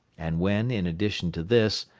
and when, in addition to this,